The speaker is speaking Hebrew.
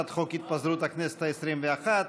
הצעת חוק התפזרות הכנסת העשרים-ואחת,